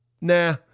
Nah